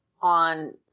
on